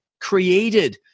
created